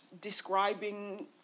describing